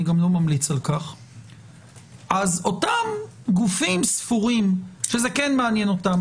אז אותם גופים ספורים שכן זה מעניין אותם